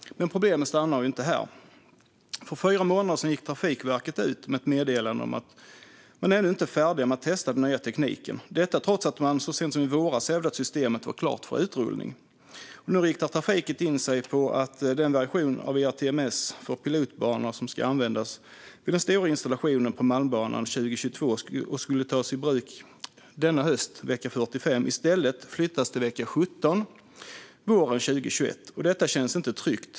Men problemen stannar inte här. För fyra månader sedan gick Trafikverket ut med ett meddelande om att man ännu inte är färdig med att testa den nya tekniken - detta trots att man så sent som i våras hävdade att systemet var klart för utrullning. Nu riktar Trafikverket in sig på att den version av ERTMS för pilotbanorna som ska användas vid den stora installationen på Malmbanan 2022 och som skulle tas i bruk vecka 45 i höst i stället tas i bruk vecka 17 våren 2021. Detta känns inte tryggt.